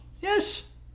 yes